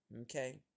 okay